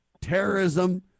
terrorism